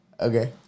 Okay